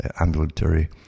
ambulatory